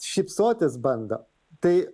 šypsotis bando tai